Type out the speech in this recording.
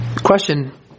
question